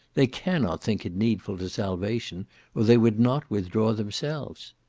they cannot think it needful to salvation or they would not withdraw themselves.